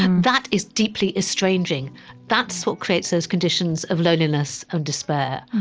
that is deeply estranging that's what creates those conditions of loneliness and despair.